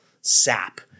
sap